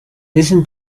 listen